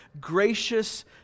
gracious